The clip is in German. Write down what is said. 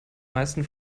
meisten